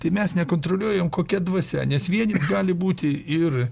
tai mes nekontroliuojame kokia dvasia nes vienis gali būti ir